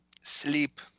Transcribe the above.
Sleep